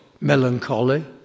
melancholy